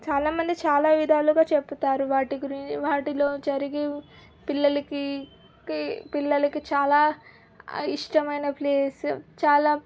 చాలా మంది చాలా విధాలుగా చెబుతారు వాటి గురించి వాటిలో జరిగే పిల్లలకి కి పిల్లలకి చాలా ఇష్టమైన ప్లేసు చాలా